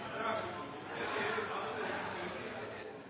Jeg ser